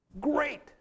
Great